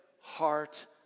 heart